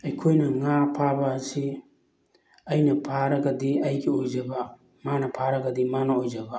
ꯑꯩꯈꯣꯏꯅ ꯉꯥ ꯐꯥꯕ ꯑꯁꯤ ꯑꯩꯅ ꯐꯥꯔꯒꯗꯤ ꯑꯩꯒꯤ ꯑꯣꯏꯖꯕ ꯃꯥꯅ ꯐꯥꯔꯒꯗꯤ ꯃꯥꯅ ꯑꯣꯏꯖꯕ